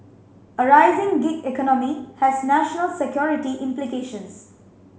a rising gig economy has national security implications